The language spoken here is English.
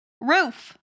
Roof